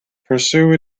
pursue